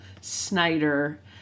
Snyder